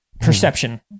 perception